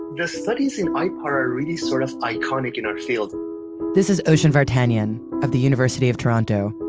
the studies in ah ipar are really sort of iconic in our field this is oshin vartanian of the university of toronto.